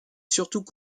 surtout